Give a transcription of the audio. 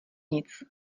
nic